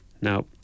Now